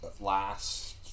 last